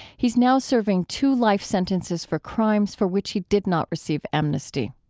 he's now serving two life sentences for crimes for which he did not receive amnesty